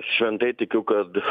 šventai tikiu kad